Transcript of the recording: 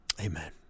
Amen